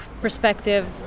perspective